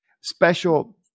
special